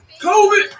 COVID